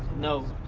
know